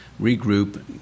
regroup